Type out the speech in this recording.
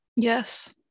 yes